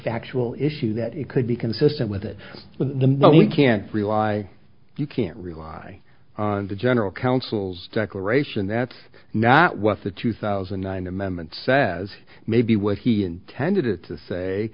factual issue that it could be consistent with it but we can't rely you can't rely on the general counsel's declaration that's not what the two thousand and nine amendment says maybe what he intended it to say